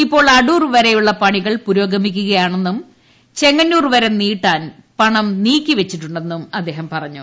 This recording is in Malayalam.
ഇപ്പോൾ അടൂർ വരെയുള്ള പണികൾ പുരോഗമിക്കയാണെന്നും ചെങ്ങന്നൂർ വരെ നീട്ടാൻ പണം നീക്കിവച്ചിട്ടുണ്ടെന്നും അദ്ദേഹം പറഞ്ഞു